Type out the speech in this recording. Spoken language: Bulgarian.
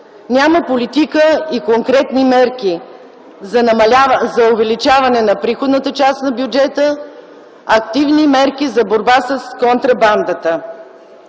няма политика и конкретни мерки за увеличаване на приходната част на бюджета, активни мерки за борба с контрабандата.